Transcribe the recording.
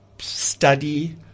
study